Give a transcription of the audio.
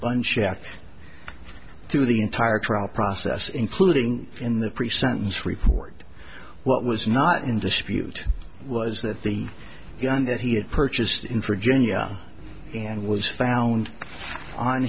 bunch out through the entire trial process including in the pre sentence report what was not in dispute was that the gun that he had purchased in for genya and was found on